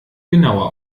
genauer